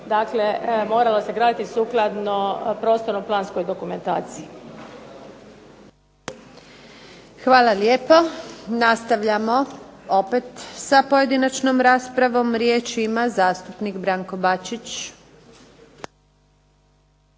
dakle moralo se graditi sukladno prostorno-planskoj dokumentaciji. **Antunović, Željka (SDP)** Hvala lijepo. Nastavljamo opet sa pojedinačnom raspravom. Riječ ima zastupnik Branko Bačić.